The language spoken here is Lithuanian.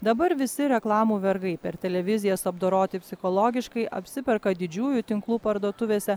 dabar visi reklamų vergai per televizijas apdoroti psichologiškai apsiperka didžiųjų tinklų parduotuvėse